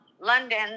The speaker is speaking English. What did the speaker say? London